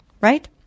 right